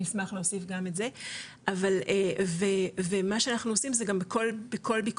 נשמח להוסיף גם את זה ומה שאנחנו עושים זה גם בכל ביקורת,